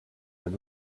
jak